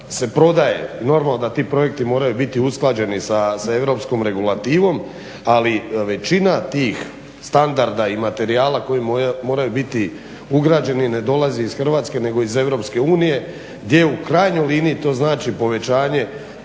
se prodaje i normalno da ti projekti moraju biti usklađeni sa europskom regulativom. Ali većina tih standarda i materijala koji moraju biti ugrađeni ne dolazi iz Hrvatske, nego iz Europske unije, gdje u krajnjoj liniji to znači povećanje